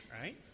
right